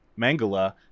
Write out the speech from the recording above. Mangala